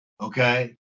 okay